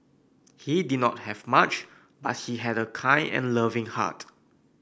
he did not have much but he had a kind and loving heart